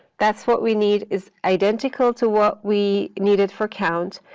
that's what we need, is identical to what we needed for count,